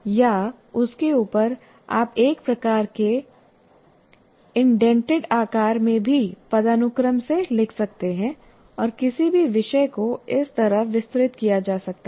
या उसके ऊपर आप एक प्रकार के इंडेंटेड आकार में भी पदानुक्रम से लिख सकते हैं और किसी भी विषय को इस तरह विस्तृत किया जा सकता है